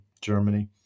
germany